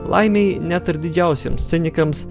laimei net ir didžiausiems cinikams